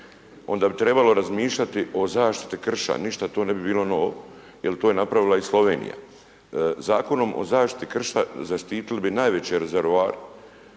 onda bi trebalo razmišljati o zaštiti krša, ništa tu ne bi bilo novo jer to je napravila i Slovenija. Zakonom o zaštiti krša zaštitili bi najveće rezervar